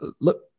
look